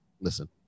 listen